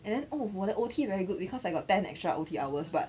and then oh 我的 O_T very good because I got ten extra O_T hours but